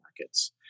markets